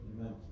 Amen